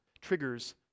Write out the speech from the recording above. triggers